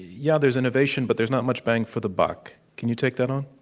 yeah, there's innovation, but there's not much bang for the buck. can you take that on?